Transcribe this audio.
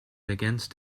against